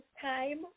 time